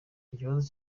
ikibazo